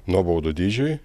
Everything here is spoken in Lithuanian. nuobaudų dydžiai